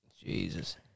Jesus